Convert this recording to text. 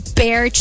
bear